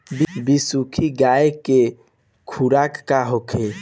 बिसुखी गाय के खुराक का होखे?